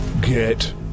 Get